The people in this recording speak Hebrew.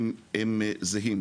הן זהות.